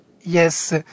Yes